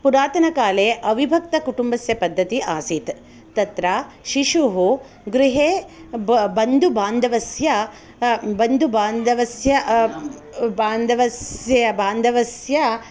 पुरातनकाले अविभक्तकुटुम्बस्य पद्धति आसीत् तत्र शिशुः गृहे बन्धुबान्धवस्य बन्धुबान्धवस्य बान्धवस्य बान्धवस्य